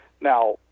Now